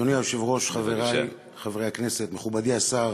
אדוני היושב-ראש, חברי חברי הכנסת, מכובדי השר,